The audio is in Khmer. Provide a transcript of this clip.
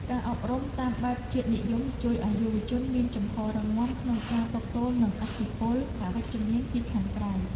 ការអប់រំតាមបែបជាតិនិយមជួយឱ្យយុវជនមានជំហររឹងមាំក្នុងការទប់ទល់នឹងឥទ្ធិពលអវិជ្ជមានពីខាងក្រៅ។